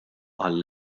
qal